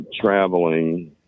traveling